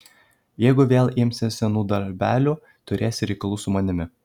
jeigu vėl imsies senų darbelių turėsi reikalų su manimi